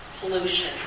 pollution